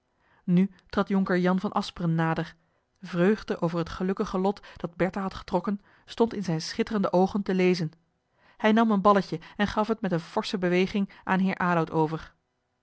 nu trad jonker jan van asperen nader vreugde over het gelukkige lot dat bertha had getrokken stond in zijne schitterende oogen te lezen hij nam een balletje en gaf het met eene forsche beweging aan heer aloud over